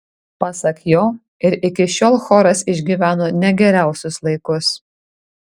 pasak jo ir iki šiol choras išgyveno ne geriausius laikus